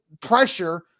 pressure